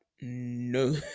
No